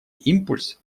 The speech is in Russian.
импульс